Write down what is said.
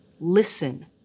listen